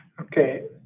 Okay